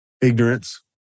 Ignorance